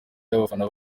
y’abafana